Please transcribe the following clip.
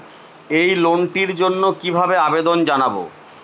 এই লোনটির জন্য কিভাবে আবেদন জানাবো?